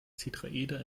tetraeder